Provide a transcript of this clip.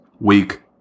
weak